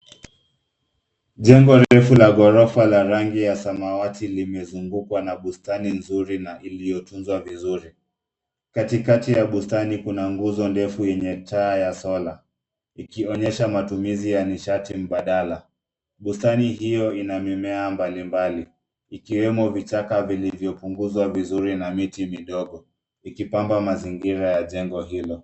Jengo refu la ghorofa la rangi ya samawati limezungukwa na bustani nzuri na iliyotunzwa vizuri. Katikati ya bustani kuna nguzo ndefu yenye taa ya sola ikionyesha matumizi ya nishati mbadala. Bustani hiyo ina mimea mbalimbali ikiwemo vichaka vilivyopunguzwa vizuri na miti midogo ikibamba mazingira ya jengo hilo.